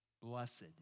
Blessed